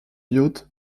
yacht